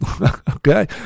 okay